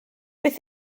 beth